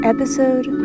Episode